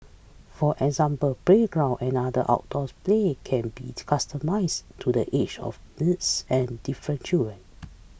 for example playground and other outdoors play can be to customize to the age of needs and different children